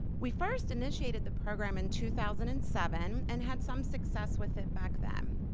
we first initiated the program in two thousand and seven and had some success with it back then.